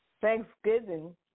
Thanksgiving